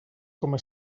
coma